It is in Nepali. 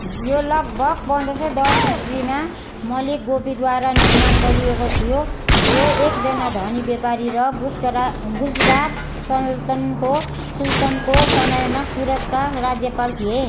यो लगभग पन्ध्र सय दस इस्वीमा मलिक गोपीद्वारा निर्माण गरिएको थियो जो एकजना धनी व्यापारी र गुप्तरा गुजरात सल्तनको सुल्तनको समयमा सुरतका राज्यपाल थिए